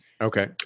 Okay